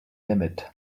limit